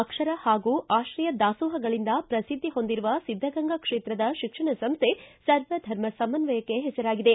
ಅಕ್ಷರ ಹಾಗೂ ಆಶ್ರಯ ದಾಸೋಹಗಳಿಂದ ಪ್ರಸಿದ್ದಿ ಹೊಂದಿರುವ ಸಿದ್ದಗಂಗಾ ಕ್ಷೇತ್ರದ ಶಿಕ್ಷಣ ಸಂಸ್ಥೆ ಸರ್ವಧರ್ಮ ಸಮನ್ವಯಕ್ಕೆ ಹೆಸರಾಗಿದೆ